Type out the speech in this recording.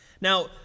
Now